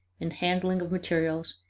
in handling of materials,